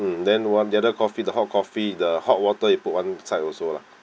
then one the other coffee the hot coffee the hot water you put one side also lah